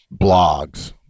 blogs